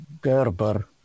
Gerber